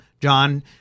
John